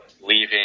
leaving